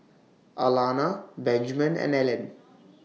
Alannah Benjman and Ellen